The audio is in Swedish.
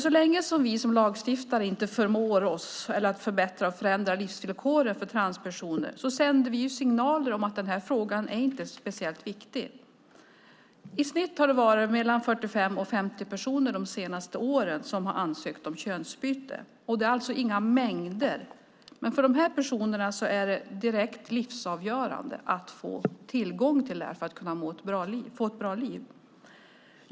Så länge vi som lagstiftare inte förmår förbättra och förändra livsvillkoren för transpersoner sänder vi signaler om att den här frågan inte är speciellt viktig. I snitt har det varit mellan 45 och 50 personer de senaste åren som har ansökt om könsbyte. Det är alltså inga mängder. Men för de personerna är det direkt avgörande att få tillgång till detta för att kunna få ett bra liv.